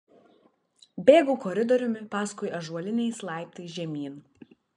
bėgau koridoriumi paskui ąžuoliniais laiptais žemyn